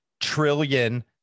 trillion